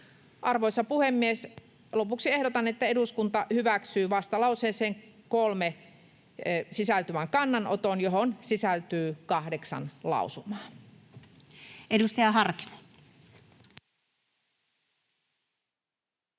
Arvoisa puhemies! Lopuksi ehdotan, että eduskunta hyväksyy vastalauseeseen 3 sisältyvän kannanoton, johon sisältyy kahdeksan lausumaa. [Speech 20]